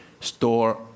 Store